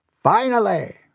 Finally